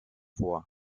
vor